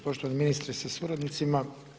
Poštovani ministre sa suradnicima.